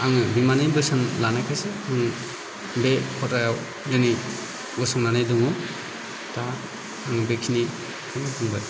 आंङो बिमानि बोसोन लानायखायसो आं बे पथआव दिनै गसंनानै दंङ दा बेखिनि जों दोनबाय